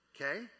Okay